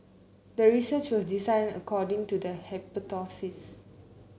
the research was designed according to the hypothesis